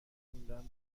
خواندن